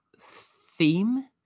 theme